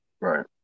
Right